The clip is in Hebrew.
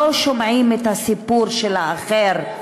לא שומעים את הסיפור של האחר.